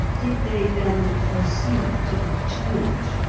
did they, then, foresee that it would change?